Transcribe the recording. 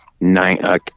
nine